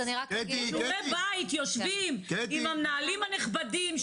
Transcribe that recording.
יושבים עם המנהלים הנכבדים,